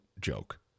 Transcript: joke